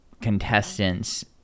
contestants